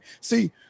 see